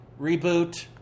reboot